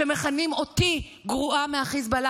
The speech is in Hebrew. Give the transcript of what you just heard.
שמכנים אותי גרועה מהחיזבאללה,